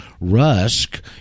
Rusk